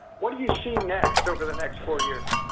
what do you see next over the next four years?